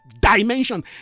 dimension